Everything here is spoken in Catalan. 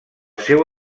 seu